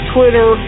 Twitter